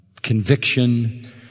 conviction